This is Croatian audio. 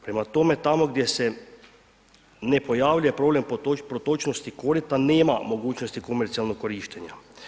Prema tome, tamo gdje se ne pojavljuje problem protočnosti korita, nema mogućnosti komercionalnog korištenja.